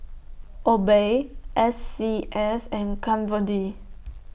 Obey S C S and Kat Von D